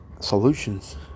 solutions